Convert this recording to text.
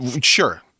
sure